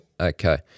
Okay